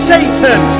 Satan